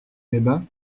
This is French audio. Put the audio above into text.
débats